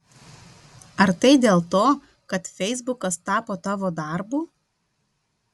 ar tai dėl to kad feisbukas tapo tavo darbu